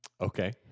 Okay